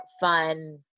fun